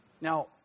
Now